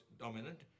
dominant